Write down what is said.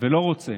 ולא רוצה